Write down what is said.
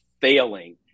failing